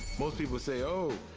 most people say, oh,